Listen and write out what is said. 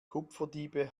kupferdiebe